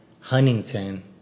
Huntington